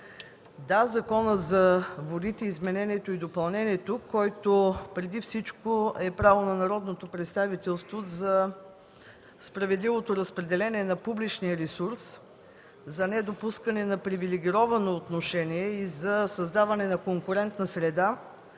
Да, Законът за водите, неговото изменение и допълнение, който преди всичко е право на народното представителство за справедливото разпределение на публичния ресурс, за недопускане на привилегировано отношение и за създаване на конкурентна среда,